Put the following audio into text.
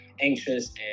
anxious